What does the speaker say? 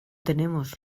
tenemos